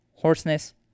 hoarseness